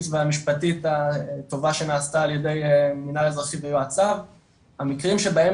והמשפטית הטובה שנעשתה ע"י מנהל האזרחי ביועצ"ב - המקרים שבהם